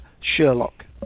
Sherlock